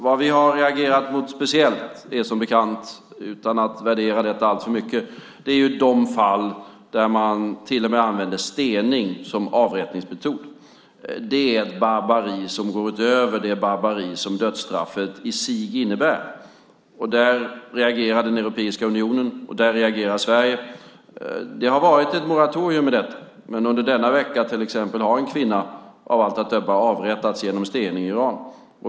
Det vi har reagerat mot speciellt är som bekant, utan att värdera detta alltför mycket, de fall där man till och med använder stening som avrättningsmetod. Det är ett barbari som går utöver det barbari som dödsstraffet i sig innebär. Där reagerar Europeiska unionen, och där reagerar Sverige. Det har varit ett moratorium med detta. Men under denna vecka till exempel har en kvinna av allt att döma avrättats genom stening i Iran.